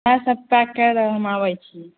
चारि सए काटिके लोहो हम आबैत छी